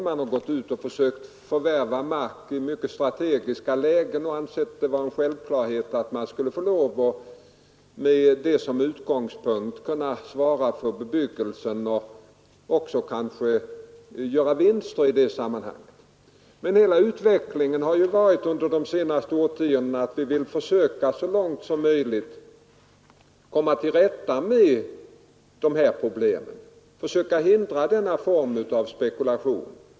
Man har försökt förvärva mark i strategiska lägen och ansett det vara en självklarhet att man skulle få svara för bebyggelsen där och göra betydande vinster. Men utvecklingen under de senaste årtiondena har ju varit att vi börjat komma till rätta med dessa problem och hindra denna form av spekulation.